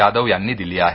यादव यांनी दिली आहे